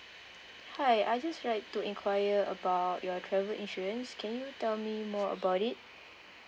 hi I just like to inquire about your travel insurance can you tell me more about it